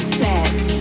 set